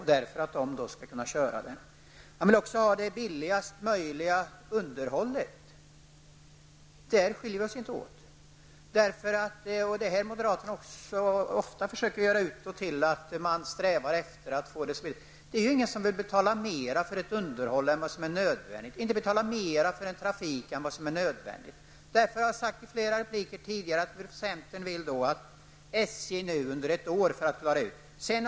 Han vill ha det billigste möjliga underhållet. Där skiljer vi oss inte åt. Moderaterna försäker ofta ge intrycket att det är de som strävar efter att få det billigt, men det är ingen som vill betala mer för ett underhåll än vad som är nödvändigt eller mer för en trafik än vad som är nödvändigt. Jag har sagt flera gånger tidigare att centern vill att SJ nu får ett år på sig.